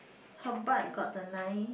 her part got the nine